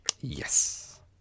Yes